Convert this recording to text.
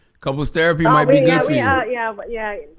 couples therapy might be good for you. yeah, yeah but yeah